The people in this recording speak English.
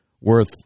worth